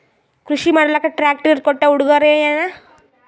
ಕೃಷಿ ಮಾಡಲಾಕ ಟ್ರಾಕ್ಟರಿ ಕೊಟ್ಟ ಉಡುಗೊರೆಯೇನ?